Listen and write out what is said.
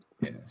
Yes